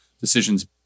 decisions